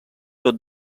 tot